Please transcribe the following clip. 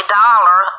dollar